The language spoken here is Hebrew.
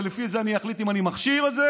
ולפי זה אני אחליט אם אני מכשיר את זה